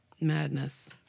Madness